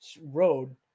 road